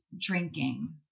drinking